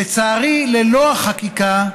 לצערי, ללא חקיקה,